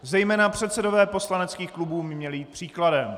Zejména předsedové poslaneckých klubů by měli jít příkladem.